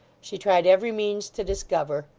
she tried every means to discover,